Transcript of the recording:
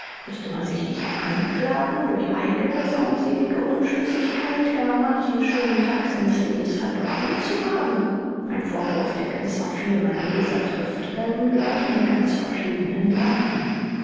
müßte man sich nicht anklagen durch eigene saumselige unschlüssigkeit gar manchen schönen tag seines lebens verdorben zu haben ein vorwurf der gewiß auch viele meiner leser trifft wenn gleich in ganz verschiedenen lagen